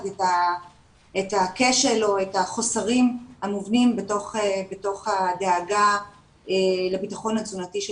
את הכשל או את החוסרים המובנים בתוך הדאגה לבטחון התזונתי של